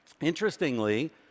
Interestingly